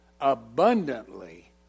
abundantly